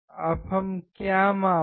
अब हम क्या मापें